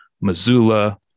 Missoula